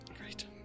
Great